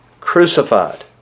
crucified